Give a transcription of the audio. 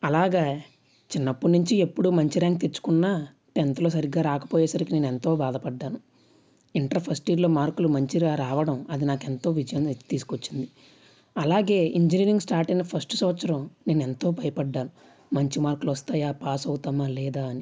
అలాగ చిన్నప్పటి నుంచి ఎప్పుడూ మంచి ర్యాంక్ తెచ్చుకున్న టెన్త్లో సరిగ్గా రాకపోయేసరికి నేను ఎంతో బాధపడ్డాను ఇంటర్ ఫస్ట్ ఇయర్లో మార్కులు మంచిగా రావడం అది నాకు ఎంతో విజయాన్ని తీసుకొచ్చింది అలాగే ఇంజనీరింగ్ స్టార్ట్ అయిన ఫస్ట్ సంవత్సరం నేను ఎంతో భయపడ్డాను మంచి మార్కులు వస్తాయా పాస్ అవుతానా లేదా అని